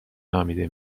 نامیده